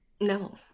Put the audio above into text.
No